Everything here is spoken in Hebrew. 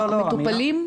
המטופלים?